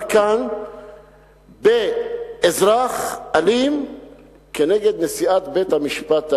כאן באזרח אלים נגד נשיאת בית-המשפט העליון?